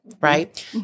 right